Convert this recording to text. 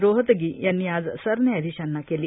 रोहतगी यांनी आज सरन्यायाधीशांना केली